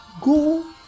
Go